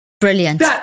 Brilliant